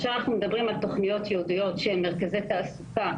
אנחנו מדברים על תוכניות ייעודיות במרכזי תעסוקה